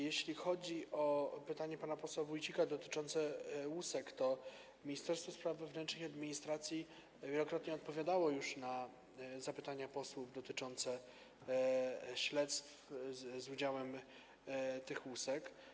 Jeśli chodzi o pytanie pana posła Wójcika dotyczące łusek, Ministerstwo Spraw Wewnętrznych i Administracji wielokrotnie odpowiadało już na zapytania posłów dotyczące śledztw z udziałem tych łusek.